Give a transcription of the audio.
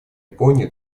японии